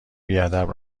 بیادب